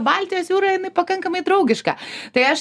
baltijos jūra jinai pakankamai draugiška tai aš